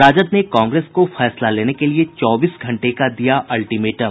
राजद ने कांग्रेस को फैसला लेने के लिए चौबीस घंटे का दिया अल्टीमेटम